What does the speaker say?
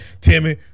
Timmy